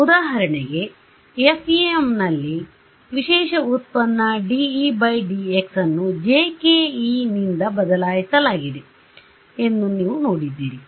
ಉದಾಹರಣೆಗೆ FEM ನಲ್ಲಿ ವಿಶೇಷ ಉತ್ಪನ್ನ dE dx ಅನ್ನು jkE ನಿಂದ ಬದಲಾಯಿಸಲಾಗಿದೆ ಎಂದು ನೀವು ನೋಡಿದ್ದೀರಿ